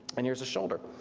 and here's a shoulder.